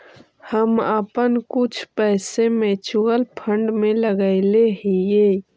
हम अपन कुछ पैसे म्यूचुअल फंड में लगायले हियई